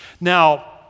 Now